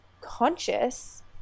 conscious